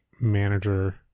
manager